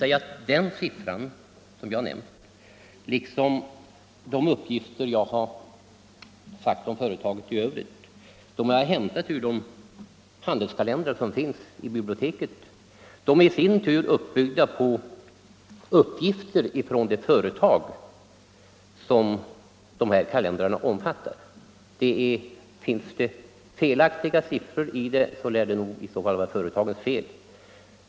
Men den siffra jag har nämnt liksom de uppgifter i övrigt jag gett om företaget har jag hämtat ur de handelskalendrar som finns i biblioteket, och kalendrarna bygger i sin tur på uppgifter från de företag som de omfattar. Finns det felaktiga siffror i dem på den här punkten, lär det i så fall vara företagets fel.